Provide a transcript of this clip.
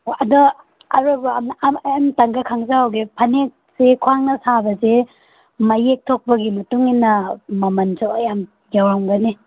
ꯑꯣ ꯑꯗ ꯑꯔꯣꯏꯕ ꯑꯝꯇꯪꯒ ꯈꯪꯖꯍꯧꯒꯦ ꯐꯅꯦꯛꯁꯦ ꯈ꯭ꯋꯥꯡꯅ ꯁꯥꯕꯁꯦ ꯃꯌꯦꯛ ꯊꯣꯛꯄꯒꯤ ꯃꯇꯨꯡ ꯏꯟꯅ ꯃꯃꯟꯁꯨ ꯌꯥꯝ ꯌꯥꯝꯒꯅꯤ